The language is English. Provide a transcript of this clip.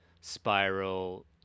spiral